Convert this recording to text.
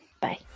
Bye